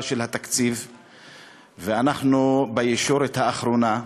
של התקציב ואנחנו בישורת האחרונה.